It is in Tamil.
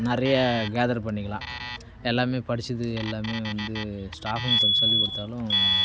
நிறையா கேதர் பண்ணிக்கலாம் எல்லாமே படித்தது எல்லாமே வந்து ஸ்டாஃப்பும் கொஞ்சம் சொல்லி கொடுத்தாலும்